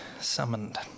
summoned